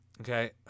Okay